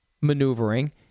maneuvering